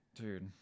dude